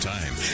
Time